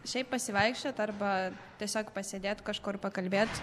šiaip pasivaikščiot arba tiesiog pasėdėt kažkur pakalbėt